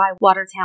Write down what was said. Watertown